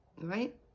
Right